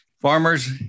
farmers